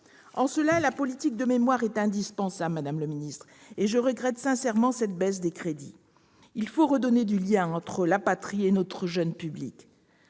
En cela, la politique de mémoire est indispensable, madame le secrétaire d'État, et je regrette sincèrement cette baisse de crédits. Il faut resserrer le lien entre la patrie et notre jeune public.